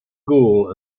goal